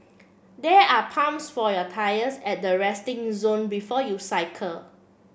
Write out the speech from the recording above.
there are pumps for your tyres at the resting zone before you cycle